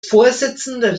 vorsitzender